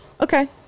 okay